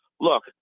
Look